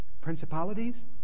principalities